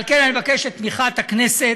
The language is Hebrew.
על כן, אני מבקש את תמיכת הכנסת